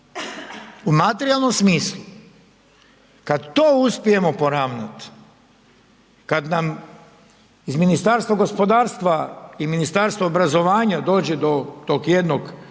u materijalnom smislu, kad to uspijemo poravnat, kad nam iz Ministarstva gospodarstva i Ministarstva obrazovanja dođe do tog jednog suživota